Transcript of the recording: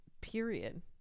period